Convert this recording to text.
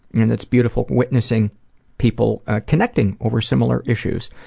and it's beautiful witnessing people connecting over similar issues.